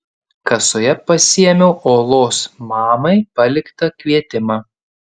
kasoje pasiėmiau olos mamai paliktą kvietimą